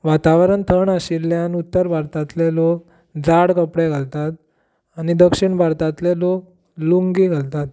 वातावरण थंड आशिल्ल्यान उत्तर भारतांतले लोक जाड कपडे घालतात आनी दक्षीण भारतांतले लोक लुंगी घालतात